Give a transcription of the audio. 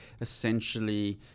essentially